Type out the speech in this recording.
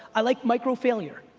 i like micro-failure.